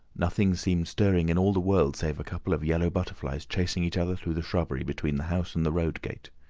nothing seemed stirring in all the world save a couple of yellow butterflies chasing each other through the shrubbery between the house and the road gate.